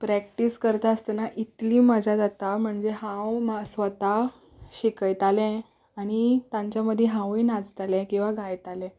practice करता आसतना इतली मजा जाता म्हणजे हांव स्वता शिकयतालें आनी तांचे मदीं हांवूंय नाचतालें किंवा गायतालें